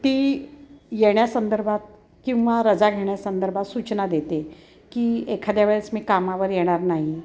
ती येण्यासंदर्भात किंवा रजा घेण्यासंदर्भात सूचना देते की एखाद्या वेळेस मी कामावर येणार नाही